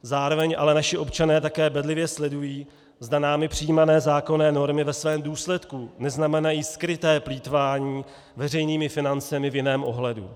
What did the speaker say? Zároveň ale naši občané také bedlivě sledují, zda námi přijímané zákonné normy ve svém důsledku neznamenají skryté plýtvání veřejnými financemi v jiném ohledu.